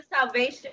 salvation